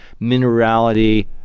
minerality